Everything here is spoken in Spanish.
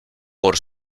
por